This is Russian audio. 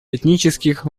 этнических